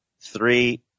three